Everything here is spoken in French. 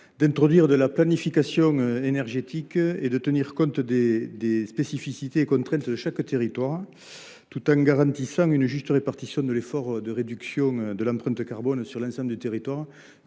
d’introduire de la planification territoriale énergétique et de tenir compte des spécificités et contraintes de chaque territoire, tout en garantissant une juste répartition de l’effort de réduction de l’empreinte carbone sur l’ensemble du territoire.